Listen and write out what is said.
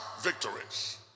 victories